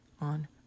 on